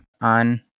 on